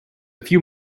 few